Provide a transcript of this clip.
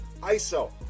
ISO